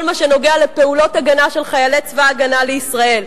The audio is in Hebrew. מה שנוגע לפעולות הגנה של חיילי צבא-ההגנה לישראל,